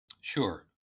Sure